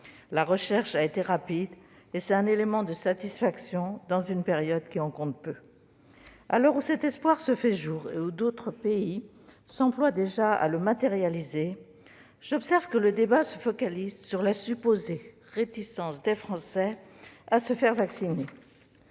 La recherche a été rapide et constitue un élément de satisfaction, dans une période qui en compte peu. À l'heure où cet espoir se fait jour et où d'autres pays s'emploient déjà à le matérialiser, j'observe que le débat se focalise sur la supposée réticence des Français à se faire vacciner.